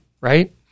right